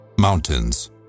Mountains